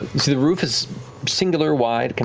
you see the roof is singular wide,